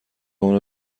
اونو